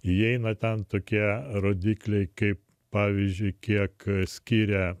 įeina ten tokie rodikliai kaip pavyzdžiui kiek skiria